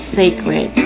sacred